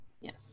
Yes